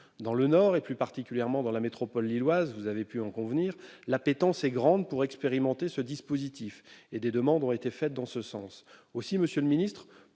Dans le Nord, et plus particulièrement dans la métropole lilloise, l'appétence est grande pour expérimenter ce dispositif et des demandes ont été faites dans ce sens. Monsieur le ministre,